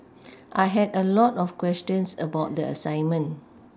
I had a lot of questions about the assignment